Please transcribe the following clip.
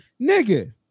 Nigga